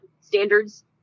standards